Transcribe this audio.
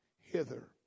hither